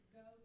go